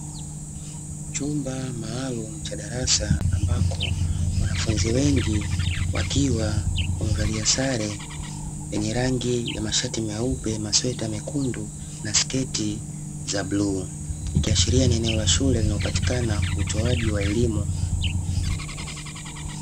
Chumba maalumu cha darasa ambako wanafunzi wengi wakiwa wamevalia sare yenye rangi ya mashati meupe, masweta mekundu, na sketi za bluu ikiashiria ni eneo la shule linalopatikana utoaji wa elimu.